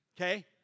Okay